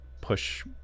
push